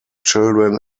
children